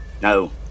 No